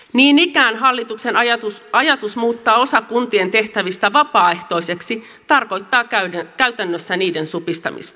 niin ikään hallituksen ajatus muuttaa osa kuntien tehtävistä vapaaehtoiseksi tarkoittaa käytännössä niiden supistamista